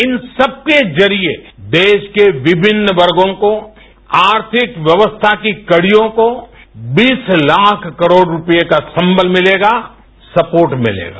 इन सबके जरिए देश के विभिन्न वर्गों को आर्थिक व्यवस्था की कड़ियों को बीस लाख करोड़ रूपये का सम्बल मिलेगा सपोर्ट मिलेगा